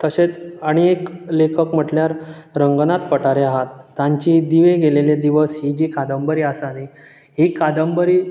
तशेंच आनी एक लेखक म्हटल्यार रंगनाथ पटारे आहात तांची दिवे गेलेले दिवस ही जी कादंबरी आसा न्ही ही कादंबरी